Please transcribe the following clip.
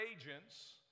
agents